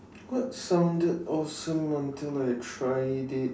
what sounded awesome until I tried it